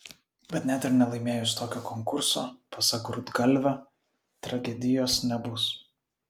bet net ir nelaimėjus tokio konkurso pasak rudgalvio tragedijos nebus